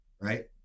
right